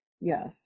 Yes